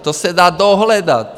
To se dá dohledat.